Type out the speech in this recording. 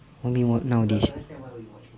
what do you watch nowadays